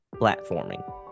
platforming